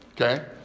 okay